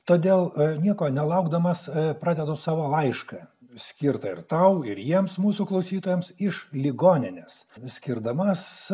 todėl nieko nelaukdamas pradedu savo laišką skirtą ir tau ir jiems mūsų klausytojams iš ligoninės skirdamas